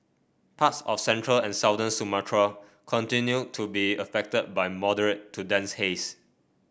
parts of central and southern Sumatra continue to be affected by moderate to dense haze